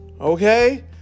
Okay